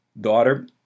daughter